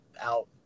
out